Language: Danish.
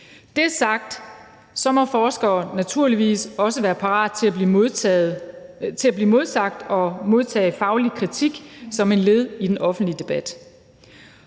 er sagt, må forskere naturligvis også være parate til at blive modsagt og modtage faglig kritik som et led i den offentlige debat.